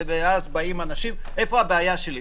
ואז באים אנשים - איפה הבעיה שלי?